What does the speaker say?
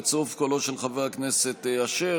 בצירוף קולו של חבר הכנסת יעקב אשר,